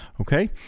okay